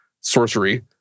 sorcery